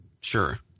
Sure